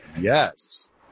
yes